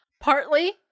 Partly